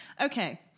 Okay